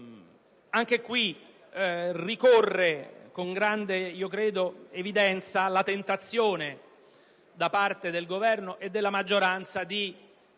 caso ricorre con grande evidenza la tentazione da parte del Governo e della maggioranza di